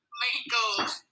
mangoes